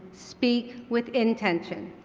speak with intention.